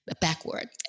backward